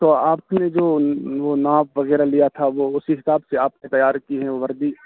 تو آپ نے جو وہ ناپ وغیرہ لیا تھا وہ اسی حساب سے آپ نے تیار کی ہے وردی